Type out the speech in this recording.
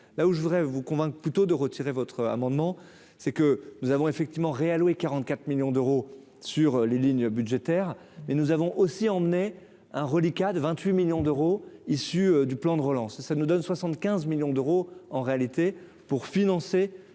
là où je voudrais vous convainc couteau de retirer votre amendement, c'est que nous avons effectivement réallouer 44 millions d'euros sur les lignes budgétaires mais nous avons aussi emmener un reliquat de 28 millions d'euros issus du plan de relance, ça nous donne 75 millions d'euros en réalité pour financer